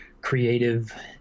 creative